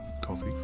coffee